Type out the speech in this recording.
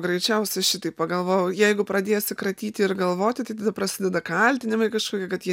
greičiausia šitaip pagalvojau jeigu pradėsi kratyti ir galvoti tai tada prasideda kaltinimai kažkokie kad jie